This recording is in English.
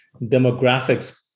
demographics